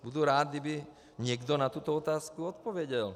Budu rád, kdyby někdo na tuto otázku odpověděl.